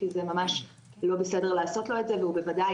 כי זה ממש לא בסדר לעשות לו את זה ובוודאי